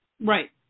right